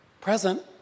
present